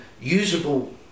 usable